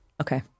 Okay